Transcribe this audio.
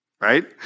right